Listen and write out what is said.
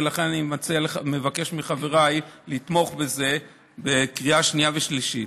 ולכן אני מבקש מחבריי לתמוך בזה בקריאה שנייה ושלישית.